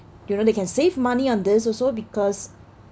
they really can save money on this also because